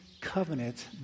covenant